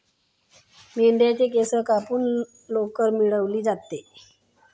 मेंढ्यांच्या केस कापून लोकर मिळवली जाते